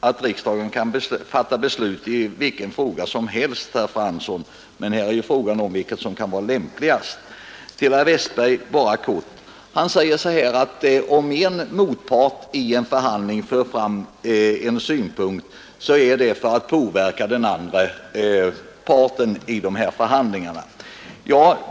att riksdagen kan fatta beslut i vilken fråga som helst, herr Fransson, men här gäller det ju vilket som kan vara lämpligast. Bara några få ord till herr Westberg i Ljusdal. Han säger: Om en motpart i en förhandling för fram en synpunkt, sker detta för att påverka den andra parten i förhandlingarna.